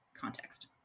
context